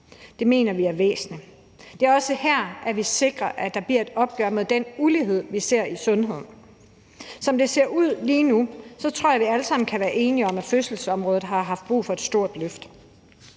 Det mener vi er væsentligt. Det er også her, vi sikrer, at der bliver et opgør med den ulighed, vi ser i forhold til sundhed. Som det ser ud lige nu, tror jeg, at vi alle sammen kan være enige om, at fødselsområdet har brug for et stort løft.